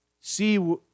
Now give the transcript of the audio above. See